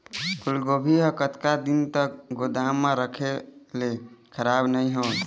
फूलगोभी हर कतका दिन तक गोदाम म रखे ले खराब नई होय?